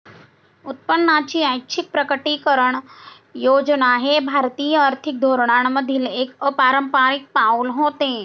उत्पन्नाची ऐच्छिक प्रकटीकरण योजना हे भारतीय आर्थिक धोरणांमधील एक अपारंपारिक पाऊल होते